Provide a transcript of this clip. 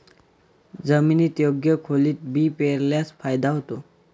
जमिनीत योग्य खोलीत बी पेरल्यास फायदा होतो